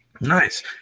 Nice